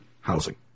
housing